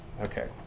Okay